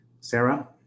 Sarah